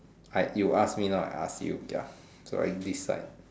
I you ask me not I ask you ya so you're in this side